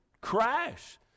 crash